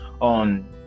on